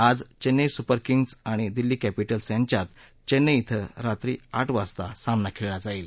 आज Chennai super kings आणि Delhi capitals यांच्यात चेन्नई क्विं रात्री आठ वाजता सामना खेळला जाईल